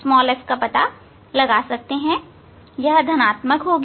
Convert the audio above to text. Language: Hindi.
और यह धनात्मक होगी